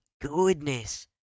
goodness